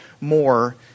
more